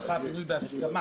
נדחה הפינוי בהסכמה